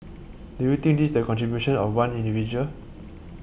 do you think this is the contribution of one individual